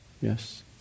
Yes